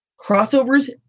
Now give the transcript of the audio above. crossovers